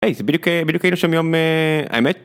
היי זה בדיוק היינו שם יום, האמת